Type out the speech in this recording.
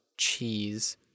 Cheese